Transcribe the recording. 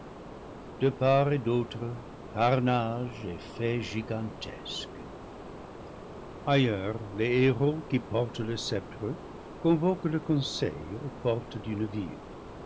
de part et d'autre carnage et faits gigantesques ailleurs les hérauts qui portent le sceptre convoquent le conseil aux portes d'une ville